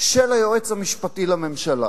של היועץ המשפטי לממשלה.